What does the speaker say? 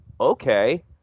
okay